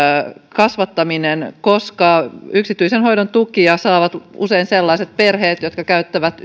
kasvattaminen koska yksityisen hoidon tukia saavat usein sellaiset perheet jotka käyttävät